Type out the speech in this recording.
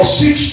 six